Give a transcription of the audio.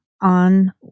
on